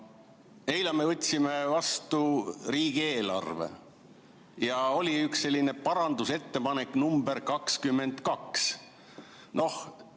eile me võtsime vastu riigieelarve ja oli üks selline parandusettepanek, nr 22,